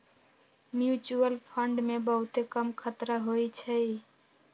mutual fund मे बहुते कम खतरा होइ छइ